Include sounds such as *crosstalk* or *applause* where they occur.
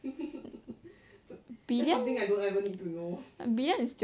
*laughs* *breath* that's something I don't ever need to know *breath*